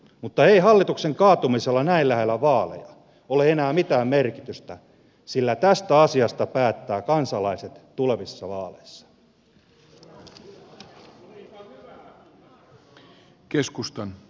mutta ei hallituksen kaatumisella näin lähellä vaaleja ole enää mitään merkitystä sillä tästä asiasta päättävät kansalaiset tulevissa vaaleissa